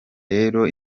rero